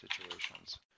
situations